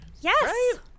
Yes